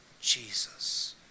Jesus